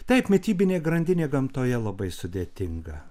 taip mitybinė grandinė gamtoje labai sudėtinga